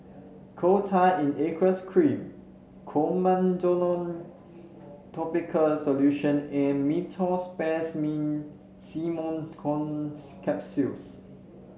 Coal Tar in Aqueous Cream Clotrimozole topical solution and Meteospasmyl Simeticone Capsules